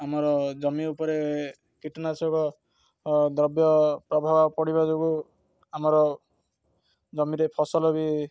ଆମର ଜମି ଉପରେ କୀଟନାଶକ ଦ୍ରବ୍ୟ ପ୍ରଭାବ ପଡ଼ିବା ଯୋଗୁଁ ଆମର ଜମିରେ ଫସଲ ବି